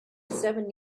seven